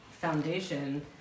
foundation